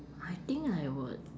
I think I would